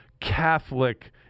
catholic